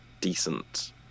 decent